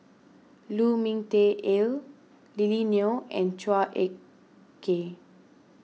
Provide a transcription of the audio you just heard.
Lu Ming Teh Earl Lily Neo and Chua Ek Kay